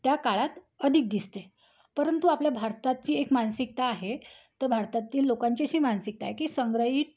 त्या काळात अधिक दिसते परंतु आपल्या भारताची एक मानसिकता आहे तर भारतातील लोकांची अशी मानसिकता आहे की संग्रहित